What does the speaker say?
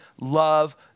love